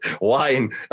wine